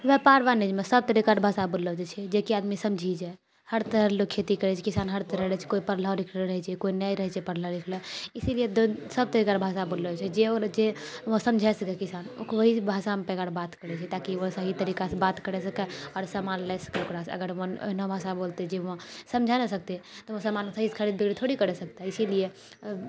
व्यापार वाणिज्यमे सभ तरीका र भाषा बोललो जाइत छै जेकि आदमी समझि जाय हर तरह र लोग खेती करैत छै किसान हर तरह रहैत छै कोइ पढ़लो लिखलो रहैत छै कोइ नहि रहैत छै पढ़लो लिखलो इसीलिए सभ तरीका र भाषा बोललो जाइत छै जे ओ समझि सकै किसान वही भाषामे पहिकार बात करैत छै सही तरीकासँ बात करी सकए आओर समान लए सकए ओकरासँ अगर एहनो भाषा बोलतै जाहिमे समझा नहि सकतै तऽ ओ समान सहीसँ खरीद थोड़ी करा सकतै इसीलिए